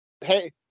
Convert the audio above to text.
Hey